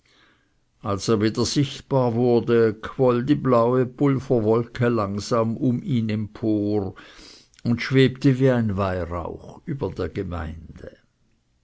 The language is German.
als er wieder sichtbar wurde quoll die blaue pulverwolke langsam um ihn empor und schwebte wie ein weihrauch über der gemeinde